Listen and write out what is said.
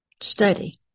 study